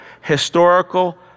historical